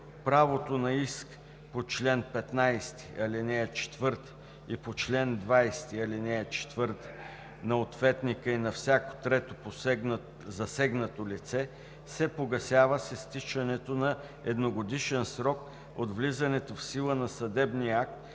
Правото на иск по чл. 15, ал. 4 и по чл. 20, ал. 4 на ответника и на всяко трето засегнато лице се погасява с изтичането на едногодишен срок от влизането в сила на съдебния акт,